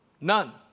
none